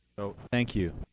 oh, thank you,